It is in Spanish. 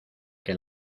que